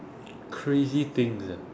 crazy things ah